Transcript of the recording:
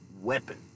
weapon